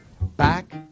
Back